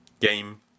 game